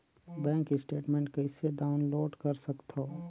Bank statement कइसे download कर सकथव?